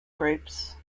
groups